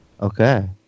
okay